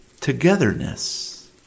togetherness